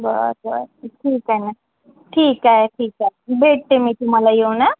बर बर ठीक आहे ना ठीक आहे ठीक आहे भेटते मी तुम्हाला येउन अं